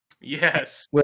Yes